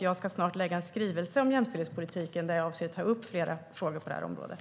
Jag ska snart lägga fram en skrivelse om jämställdhetspolitiken där jag avser att ta upp flera frågor på området.